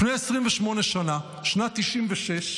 לפני 28 שנה, שנת 1996,